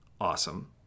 Awesome